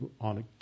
On